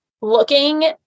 looking